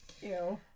Ew